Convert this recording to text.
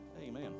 Amen